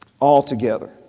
altogether